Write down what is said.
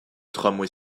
tramway